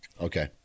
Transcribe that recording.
Okay